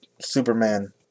Superman